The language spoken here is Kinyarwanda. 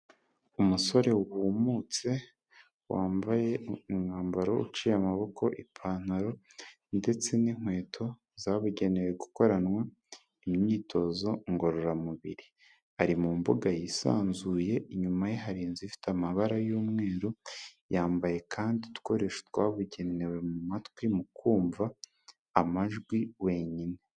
Umusore wumutse wambaye umwambaro uciye amaboko, ipantaro ndetse n'inkweto zabugenewe gukoranwa imyitozo ngororamubiri, ari mu mbuga yisanzuye, inyuma ye hari inzu ifite amabara y'umweru, yambaye kandi ukoresho twabugenewe mu matwi mu kumva, amajwi wenyine.